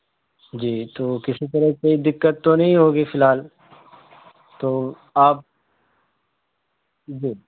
جی تو کسی طرح کو دقت تو نہیں ہوگی فی الحال تو آپ جی